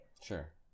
Sure